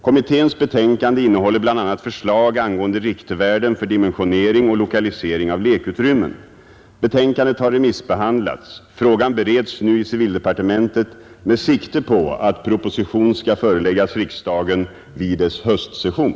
Kommitténs betänkande innehåller bl.a. förslag angående riktvärden för dimensionering och lokalisering av lekutrymmen. Betänkandet har remissbehandlats. Frågan bereds nu i civildepartementet med sikte på att proposition skall föreläggas riksdagen vid dess höstsession.